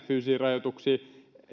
fyysisiä rajoituksia